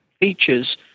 features